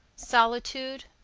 solitude,